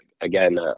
again